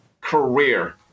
career